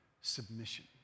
submission